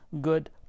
good